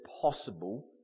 possible